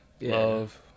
Love